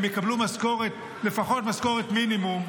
הם יקבלו לפחות משכורת מינימום,